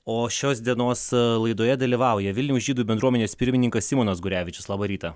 o šios dienos laidoje dalyvauja vilniaus žydų bendruomenės pirmininkas simonas gurevičius labą rytą